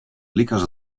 lykas